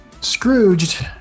Scrooge